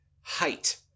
height